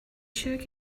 sure